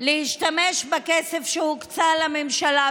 להשתמש בכסף שהוקצה לממשלה.